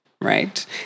right